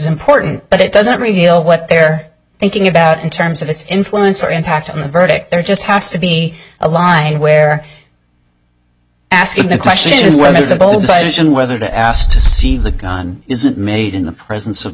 important but it doesn't reveal what they're thinking about in terms of its influence or impact on the verdict there just has to be a line where asking the question is whether this is a bold decision whether to asked to see the isn't made in the presence of